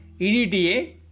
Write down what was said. EDTA